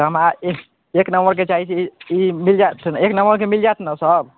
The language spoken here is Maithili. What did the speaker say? तऽ हमरा एक एक नम्बरके चाहै छी चीज ई मिलि जाएत ने एक नम्बरके मिलि जाएत ने सब